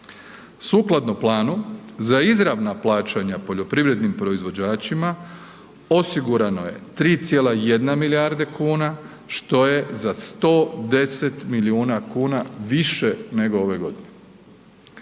Sukladno planu za izravna plaćanja poljoprivrednim proizvođačima osigurano je 3,1 milijarda kuna, što je za 110 milijuna kuna više nego ove godine.